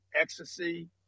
ecstasy